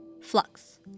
Flux